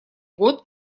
год